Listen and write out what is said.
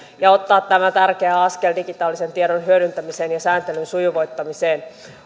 ja ottaa tämä tärkeä askel digitaalisen tiedon hyödyntämiseen ja sääntelyn sujuvoittamiseen